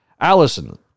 Allison